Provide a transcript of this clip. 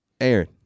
Aaron